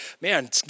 Man